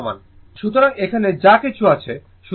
সুতরাং এখানে যা কিছু আছে